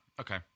okay